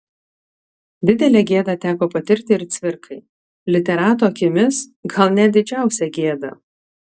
didelę gėdą teko patirti ir cvirkai literato akimis gal net didžiausią gėdą